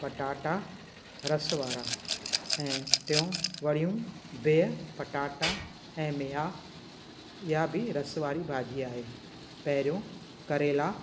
पटाटा रस वारा ऐं टियों वड़ियूं बिहु पटाटा ऐं मेहा इहा बि रस वारी भाॼी आहे पहिरियों करेला